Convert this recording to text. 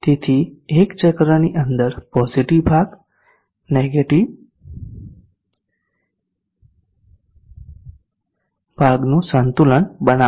તેથી એક ચક્રની અંદર પોઝીટીવ ભાગ નેગેટીવ ભાગનું સંતુલન બનાવશે